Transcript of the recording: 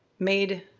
made,